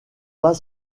pas